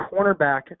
cornerback